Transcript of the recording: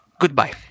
Goodbye